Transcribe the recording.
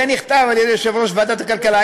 זה נכתב על ידי יושב-ראש ועדת הכלכלה.